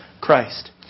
Christ